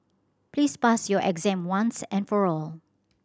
please pass your exam once and for all